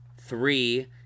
Three